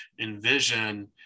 envision